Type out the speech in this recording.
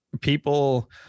people